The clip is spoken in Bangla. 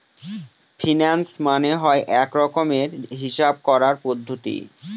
ফিন্যান্স মানে হয় এক রকমের হিসাব করার পদ্ধতি